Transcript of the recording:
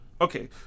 Okay